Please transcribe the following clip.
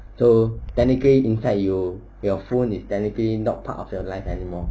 so technically inside you your phone is technically not part of your life anymore